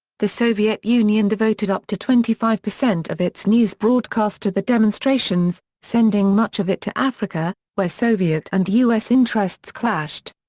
the soviet union devoted up to twenty five percent of its news broadcast to the demonstrations, sending much of it to africa, where soviet and u s. interests clashed.